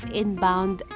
inbound